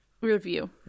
review